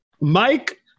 Mike